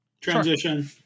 Transition